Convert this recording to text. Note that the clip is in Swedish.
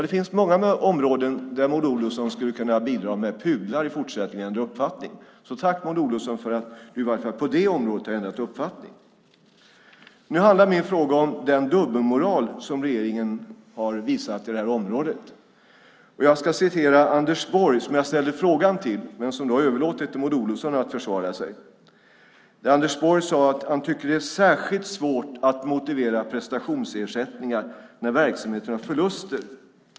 Det finns många områden där hon i fortsättningen skulle kunna bidra med pudlar och ändra uppfattning. Tack, Maud Olofsson, för att du i varje fall på det här området har ändrat uppfattning! Nu handlar min fråga om den dubbelmoral som regeringen har visat på det här området. Jag ska återge vad som sades av Anders Borg, som jag ställde frågan till men som har överlåtit till Maud Olofsson att försvara sig. Han sade att han tycker att det är särskilt svårt att motivera prestationsersättningar när verksamheten har förluster.